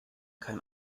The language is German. kein